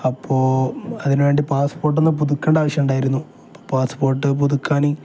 അപ്പോള് അതിനുവേണ്ടി പാസ്പോർട്ട് ഒന്ന് പുതുക്കേണ്ട ആവശ്യമുണ്ടായിരുന്നു പാസ്പോർട്ട് പുതുക്കാന്